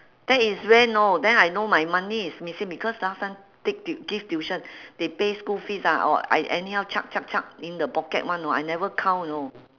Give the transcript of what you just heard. that is when know then I know my money is missing because last time take tui~ give tuition they pay school fees ah or I anyhow chuck chuck chuck in the pocket [one] you know I never count you know